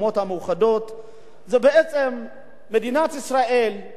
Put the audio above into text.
מדינת ישראל בדין הקיים,